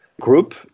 group